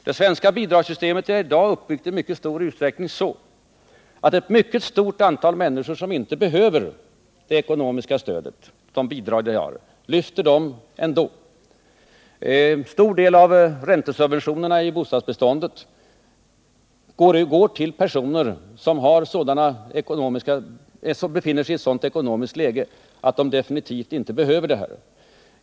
Det svenska bidragssystemet är i dag uppbyggt i stor utsträckning så, att ett mycket stort antal människor som inte behöver det ekonomiska stödet genom bidrag lyfter det ändå. En stor del av räntesubventionerna i bostadsbeståndet går till personer som befinner sig i ett sådant ekonomiskt läge att de definitivt inte behöver detta.